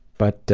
but